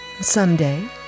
Someday